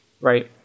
Right